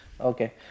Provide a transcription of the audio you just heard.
okay